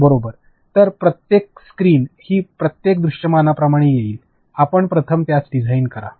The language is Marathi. बरोबर तर प्रत्येक स्क्रीन जी प्रत्येक दृश्यमान प्रमाणे येईल आपण प्रथम त्यास डिझाइन करा